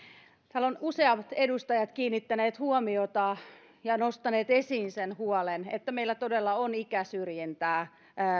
täällä ovat useat edustajat kiinnittäneet huomiota ja nostaneet esiin sen huolen että meillä todella on ikäsyrjintää